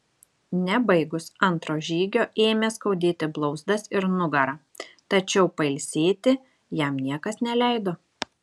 nebaigus antro žygio ėmė skaudėti blauzdas ir nugarą tačiau pailsėti jam niekas neleido